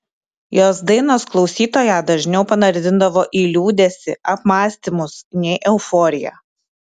jos dainos klausytoją dažniau panardindavo į liūdesį apmąstymus nei euforiją